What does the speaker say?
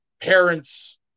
parents